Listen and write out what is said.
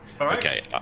Okay